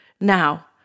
Now